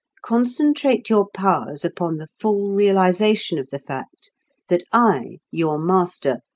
concentrate your powers upon the full realization of the fact that i, your master,